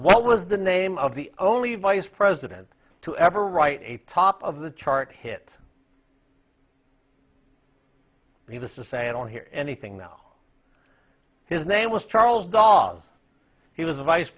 what was the name of the only vice president to ever write a top of the chart hit he was to say i don't hear anything that his name was charles dawes he was a vice